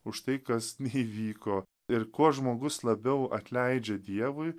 už tai kas įvyko ir kuo žmogus labiau atleidžia dievui